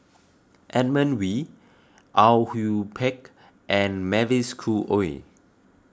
Edmund Wee Au Yue Pak and Mavis Khoo Oei